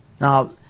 Now